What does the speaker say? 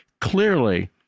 clearly